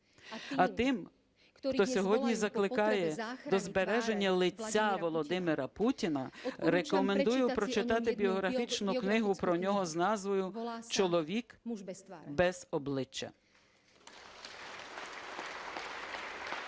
А тим, хто сьогодні закликає до збереження лиця Володимира Путіна, рекомендую прочитати біографічну книгу про нього з назвою "Чоловік без обличчя".